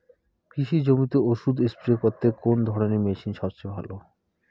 কৃষি জমিতে ওষুধ স্প্রে করতে কোন ধরণের মেশিন সবচেয়ে ভালো?